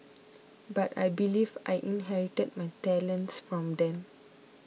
but I believe I inherited my talents from them